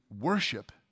worship